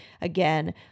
again